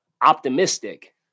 optimistic